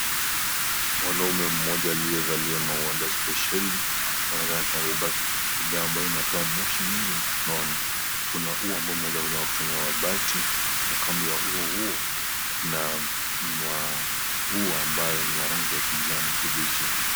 Mwanaume mmoja aliyevalia mawanda spesheli, ana bidhaa ambayo inatoa moshi nyingi mkononi, kuna ua ambao umejengwa kutumia mabati, na kando ya ua huo kuna ua ambayo ni ya rangi ya kijani kibichi.